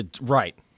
Right